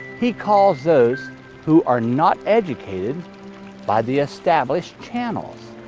he calls those who are not educated by the established channels.